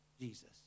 Jesus